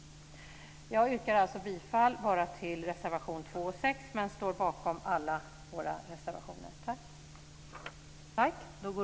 Jag yrkar bifall bara till reservationerna nr 2 och 6, men jag står bakom alla våra reservationer.